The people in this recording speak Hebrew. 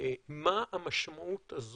מה המשמעות של